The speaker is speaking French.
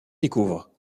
découvre